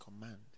command